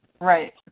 Right